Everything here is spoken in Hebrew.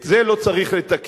את זה לא צריך לתקן.